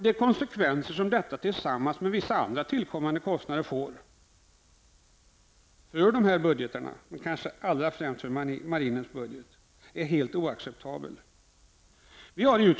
De konsekvenser som detta tillsammans med vissa andra tillkommande kostnader får för kanske framför allt marinens budget är oacceptabla.